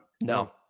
No